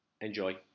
Enjoy